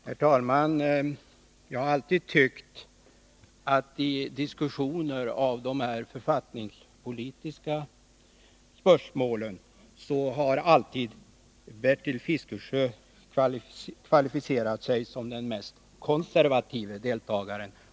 Herr talman! Jag har alltid tyckt att Bertil Fiskesjö i diskussioner om de författningspolitiska spörsmålen har kvalificerat sig som den mest konservative deltagaren.